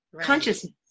consciousness